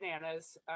bananas